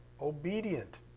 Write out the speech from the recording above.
obedient